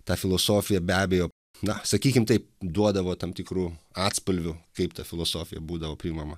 ta filosofija be abejo na sakykim taip duodavo tam tikrų atspalvių kaip ta filosofija būdavo priimama